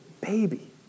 baby